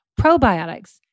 probiotics